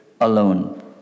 alone